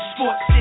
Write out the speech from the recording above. Sports